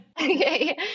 Okay